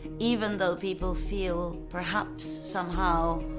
even though people feel, perhaps somehow,